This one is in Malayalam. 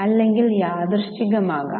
അല്ലെങ്കിൽ യാദൃച്ഛികമാകാം